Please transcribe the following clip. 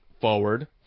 forward